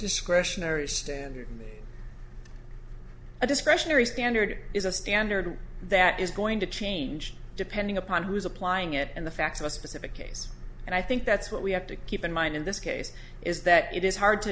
discretionary standard a discretionary standard is a standard that is going to change depending upon who is applying it and the facts of a specific case and i think that's what we have to keep in mind in this case is that it is hard to